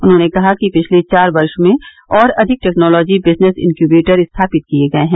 उन्होंने कहा कि पिछले चार वर्ष में और अधिक टेक्नॉलोजी विजनेस इनक्यूबेटर स्थापित किए गए हैं